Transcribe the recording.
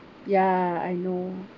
ya I know